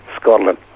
Scotland